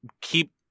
keep